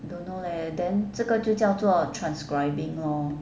don't know leh then 这个就叫做 transcribing lor